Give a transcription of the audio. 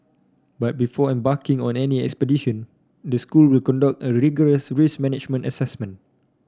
but before embarking on any expedition the school will conduct a rigorous risk management assessment